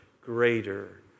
greater